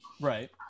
right